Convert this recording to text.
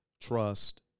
trust